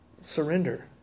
surrender